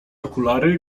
okulary